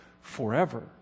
forever